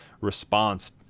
response